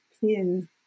pin